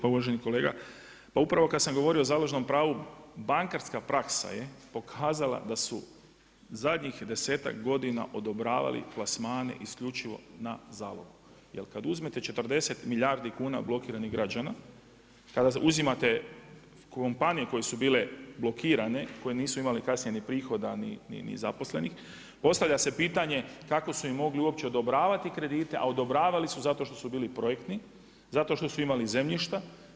Pa uvaženi kolega, pa upravo kada sam govorio o založnom pravu, bankarska praksa je pokazala da su zadnjih desetak godina odobravali plasmane isključivo na zalogu jel kada uzmete 40 milijardi kuna blokiranih građana, kada uzimate kompanije koje su bile blokirane, koje nisu imale kasnije ni prihoda ni zaposlenih, postavlja se pitanje kako su im mogli uopće odobravati kredite, a odobravali su zato što su bili projektni, zato što su imali zemljišta.